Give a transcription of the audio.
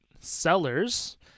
sellers